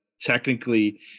technically